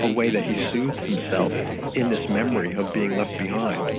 a way that he soothed himself in this memory of being left behind.